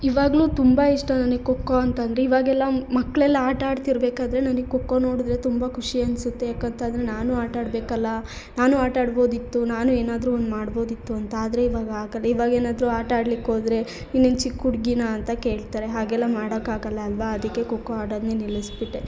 ಇವಾಗಲೂ ತುಂಬ ಇಷ್ಟ ನನಿಗೆ ಖೋಖೋ ಅಂತಂದರೆ ಇವಾಗೆಲ್ಲ ಮಕ್ಕಳೆಲ್ಲ ಆಟ ಆಡ್ತಿರ್ಬೇಕಾದರೆ ನನಿಗೆ ಖೋಖೋ ನೋಡಿದ್ರೆ ತುಂಬ ಖುಷಿ ಅನ್ಸುತ್ತೆ ಯಾಕಂತಂದರೆ ನಾನೂ ಆಟಾಡಬೇಕಲ್ಲ ನಾನೂ ಆಟಾಡ್ಬೋದಿತ್ತು ನಾನೂ ಏನಾದರೂ ಒಂದು ಮಾಡ್ಬೋದಿತ್ತು ಅಂತ ಆದರೆ ಇವಾಗ ಆಗಲ್ಲ ಇವಾಗೇನಾದರೂ ಆಟ ಆಡ್ಲಿಕ್ಕೆ ಹೋದ್ರೆ ನೀನೇನು ಚಿಕ್ಕ ಹುಡುಗಿನಾ ಅಂತ ಕೇಳ್ತಾರೆ ಹಾಗೆಲ್ಲ ಮಾಡಕ್ಕಾಗಲ್ಲ ಅಲ್ಲವಾ ಅದಕ್ಕೆ ಖೋಖೋ ಆಡೋದ್ನೆ ನಿಲ್ಲಿಸ್ಬಿಟ್ಟೆ